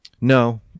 No